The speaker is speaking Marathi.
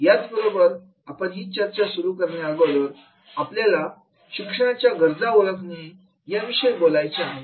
याच बरोबर ही चर्चा सुरू करणे अगोदर आपल्याला शिक्षणाच्या गरजा ओळखणे याविषयी बोलायचे आहे